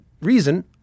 reason